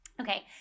Okay